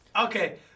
Okay